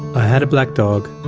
i had a black dog.